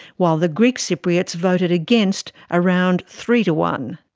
while the greek cypriots voted against, around three to one.